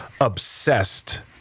obsessed